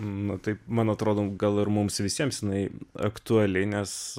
na taip man atrodo gal ir mums visiems jinai aktuali nes